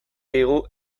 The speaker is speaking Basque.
digu